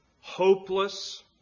hopeless